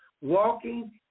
walking